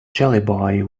jellyby